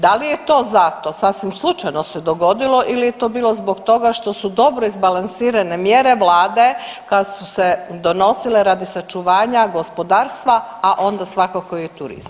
Da li je to zato sasvim slučajno se dogodilo ili je to bilo zbog toga što su dobro izbalansirane mjere Vlade koju se donosile radi sačuvanja gospodarstva, a onda svakako i turizma,